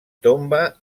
tomba